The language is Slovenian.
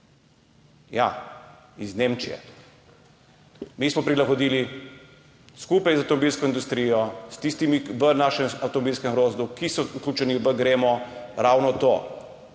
Ja, iz Nemčije. Mi smo prilagodili skupaj z avtomobilsko industrijo, s tistimi v našem avtomobilskem grozdu, ki so vključeni v GREMO, ravno to.